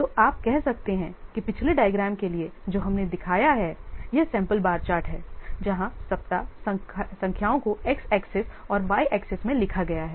तो आप कह सकते हैं कि पिछले डायग्राम के लिए जो हमने दिखाया है यह सैंपल बार चार्ट है जहां सप्ताह संख्याओं को एक्स एक्सेस और वाई एक्सेस में लिखा गया है